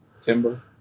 timber